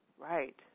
Right